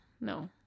no